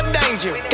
danger